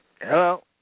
Hello